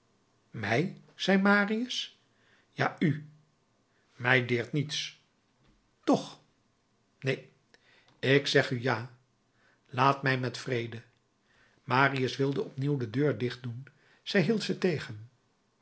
mij zei marius ja u mij deert niets toch neen ik zeg u ja laat mij met vrede marius wilde opnieuw de deur dicht doen zij hield ze tegen